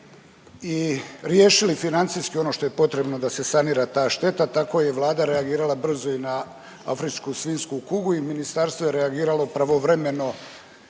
i riješili financijski ono što je potrebno da se sanira ta šteta tako je i Vlada reagirala brzo i na afričku svinjsku kugu i ministarstvo je reagiralo pravovremeno